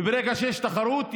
וברגע שיש תחרות,